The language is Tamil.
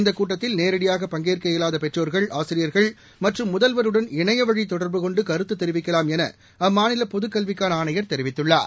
இந்த கூட்டத்தில் நேரடியாக பங்கேற்க இயலாத பெற்றோர்கள் ஆசிரியர்கள் மற்றும் முதல்வருடன் இணையவழி தொடர்பு கொண்டு கருத்து தெரிவிக்கலாம் என அம்மாநில பொதுக்கல்விக்கான ஆணையர் தெரிவித்குள்ளார்